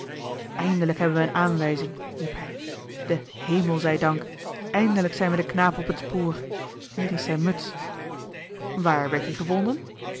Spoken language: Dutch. eindelijk hebben wij een aanwijzing riep hij den hemel zij dank eindelijk zijn wij den knaap op het spoor hier is zijn muts waar werd die gevonden